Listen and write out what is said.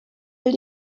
will